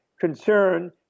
concern